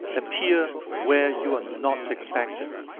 appear where you are not expected.